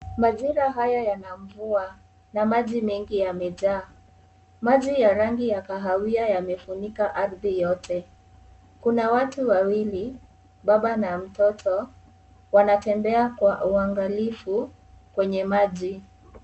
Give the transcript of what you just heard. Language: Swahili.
Majira haya yana mvua na maji mengi yamejaa . Maji ya rangi ya kahawia yamefunika ardhi yote . Kuna watu wawili baba na mtoto wanatembea kwa uangalifu kwenye maji.